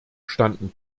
standen